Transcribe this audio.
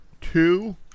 two